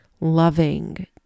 loving